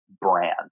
brand